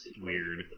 Weird